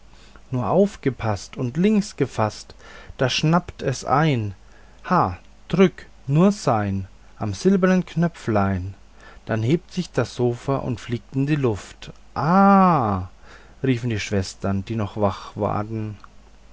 nur aufgepaßt und links gefaßt da schnappt es ein ha drück nur sein am silbernen knöpfelein dann hebt sich das sofa und fliegt in die luft aha riefen die schwestern die noch wachten